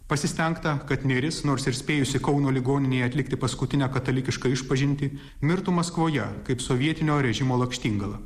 pasistengta kad nėris nors ir spėjusi kauno ligoninėje atlikti paskutinę katalikišką išpažintį mirtų maskvoje kaip sovietinio režimo lakštingala